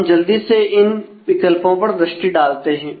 हम जल्दी से इन विकल्पों पर दृष्टि डालते हैं